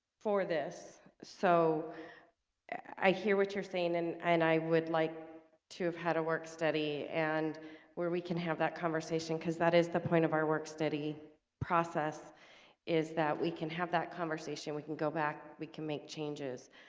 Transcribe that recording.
for this so i hear what you're saying and and i would like to have had a work study and where we can have that conversation because that is the point of our work study process is that we can have that conversation. we can go back we can make changes